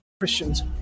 christians